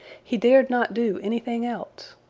he dared not do anything else.